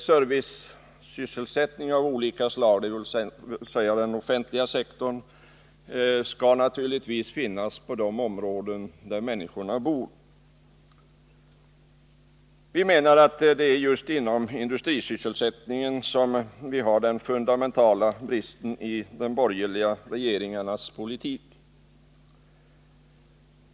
Servicesysselsättning av olika slag, dvs. den offentliga sektorn, skall naturligtvis finnas i de områden där människorna bor. Vi menar att det är just inom industrisysselsättningen som den fundamentala bristen finns i de borgerliga regeringarnas politik.